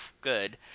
good